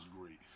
great